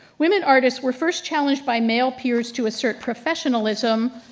women artists were first challenge by male peers to assert professionalism